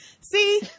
See